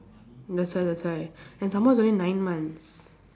that's why that's why and some more it's only nine months